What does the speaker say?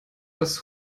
dass